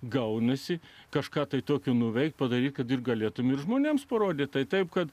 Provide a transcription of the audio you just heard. gaunasi kažką tai tokio nuveikti padori kad galėtumei ir žmonėms parodyti taip kad